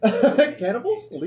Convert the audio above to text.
Cannibals